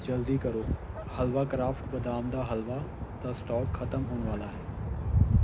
ਜਲਦੀ ਕਰੋ ਹਲਵਾ ਕਰਾਫਟ ਬਦਾਮ ਦਾ ਹਲਵਾ ਦਾ ਸਟਾਕ ਖਤਮ ਹੋਣ ਵਾਲਾ ਹੈ